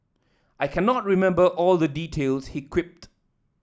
I cannot remember all the details he quipped